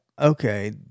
Okay